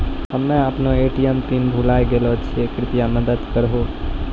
हम्मे अपनो ATM PIN भुलाय गेलो छियै, कृपया मदत करहो